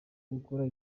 gukora